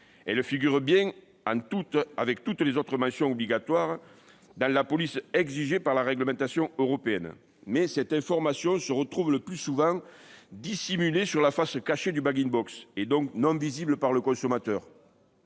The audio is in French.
Elle figure bien avec toutes les autres mentions obligatoires, dans la police exigée par la réglementation européenne. Reste que cette information se retrouve le plus souvent dissimulée sur la face cachée du, donc non visible par le consommateur.